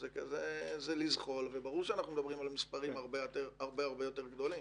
אז זה לזחול וברור שאנחנו מדברים על מספרים הרבה הרבה יותר גדולים.